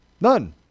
none